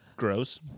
gross